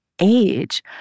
age